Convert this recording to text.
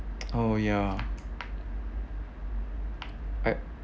oh ya I